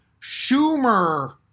Schumer